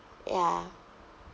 ya